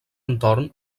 entorn